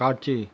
காட்சி